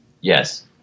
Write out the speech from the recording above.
Yes